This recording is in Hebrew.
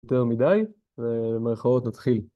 יותר מדי, ומרכאות נתחיל